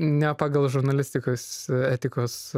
ne pagal žurnalistikos etikos